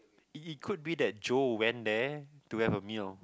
it could be that Joe went there to have a meal